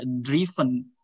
driven